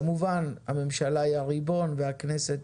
כמובן הממשלה היא הריבון, והכנסת